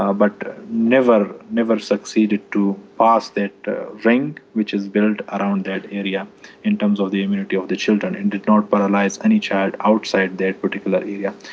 um but never never succeeded to pass that ring, which is built around that area in terms of the immunity of the children, and did not but paralyse any child outside that particular area.